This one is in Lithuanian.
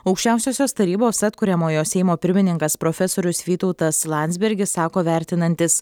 aukščiausiosios tarybos atkuriamojo seimo pirmininkas profesorius vytautas landsbergis sako vertinantis